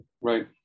Right